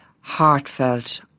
heartfelt